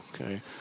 okay